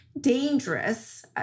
dangerous